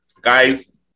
guys